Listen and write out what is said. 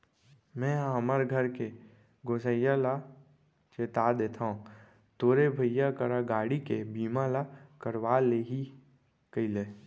मेंहा हमर घर के गोसइया ल चेता देथव तोरे भाई करा गाड़ी के बीमा ल करवा ले ही कइले